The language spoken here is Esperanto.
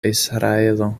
israelo